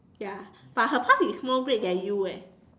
ya but her path is more great than you eh